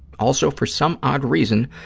also, for some odd reason,